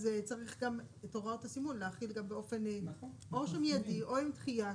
צריך גם את הוראות הסימון להחיל באופן מיידי או עם דחייה.